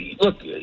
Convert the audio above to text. look